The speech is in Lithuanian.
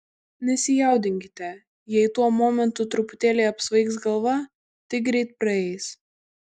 nesijaudinkite jei tuo momentu truputėlį apsvaigs galva tai greitai praeis